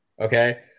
Okay